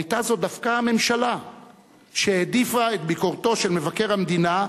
היתה זו דווקא הממשלה שהעדיפה את ביקורתו של מבקר המדינה,